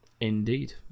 Indeed